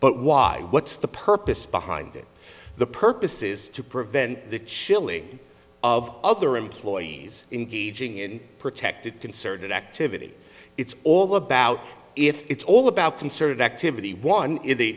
but why what's the purpose behind the purpose is to prevent the shilly of other employees engaging in protected concerted activity it's all about if it's all about concerted activity one is the